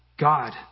God